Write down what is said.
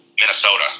Minnesota